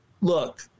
look